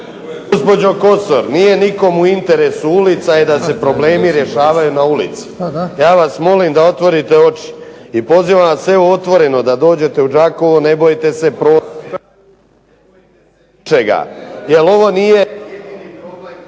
gospođo Kosor nije nikom u interesu. Ulica je da se problemi rješavaju na ulici. Ja vas molim da otvorite oči. I pozivam vas sve otvoreno da dođete u Đakovo, ne bojte se ničega,